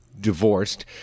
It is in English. divorced